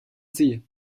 sie